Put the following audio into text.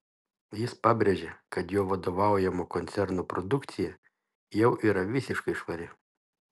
jis pabrėžė kad jo vadovaujamo koncerno produkcija jau yra visiškai švari